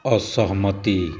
असहमति